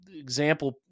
example